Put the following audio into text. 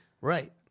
Right